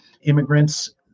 immigrants